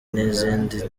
n’izindi